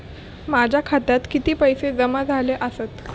माझ्या खात्यात किती पैसे जमा झाले आसत?